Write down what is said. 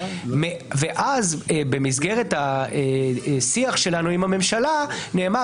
ואז במסגרת השיח שלנו עם הממשלה נאמר,